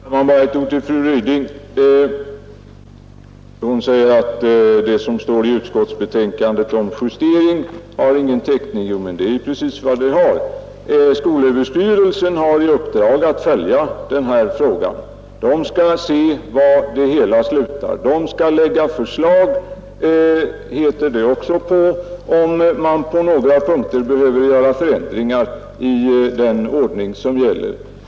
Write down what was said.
Herr talman! Bara några ord till fru Ryding. Hon säger att det som står i utskottets betänkande om justering inte har någon täckning. Jo, det är just vad det har! Skolöverstyrelsen har i uppdrag att följa denna fråga. Där skall man också se var det hela slutar. Det har också sagts att SÖ skall framlägga förslag, om det på några punkter behöver göras förändringar i den ordning som gäller.